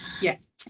Yes